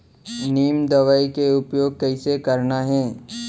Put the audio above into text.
नीम दवई के उपयोग कइसे करना है?